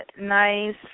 nice